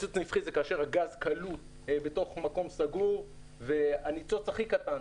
פיצוץ נפחי זה כאשר הגז כלוא בתוך מקום סגור והניצוץ הכי קטן,